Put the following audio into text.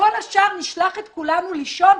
וכל השאר נשלח את כולנו לישון?